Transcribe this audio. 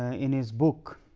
ah in his book